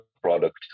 product